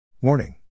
Warning